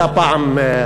נכון,